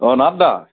অ' Nath দা